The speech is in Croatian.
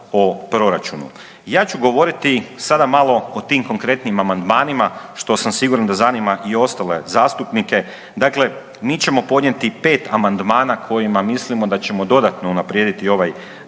o proračunu. Ja ću govoriti sada malo o tim konkretnim amandmanima, što sam siguran da zanima i ostale zastupnike. Dakle, mi ćemo podnijeti 5 amandmana kojima mislimo da ćemo dodatno unaprijediti ovaj